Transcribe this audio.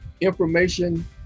information